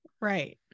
right